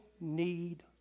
need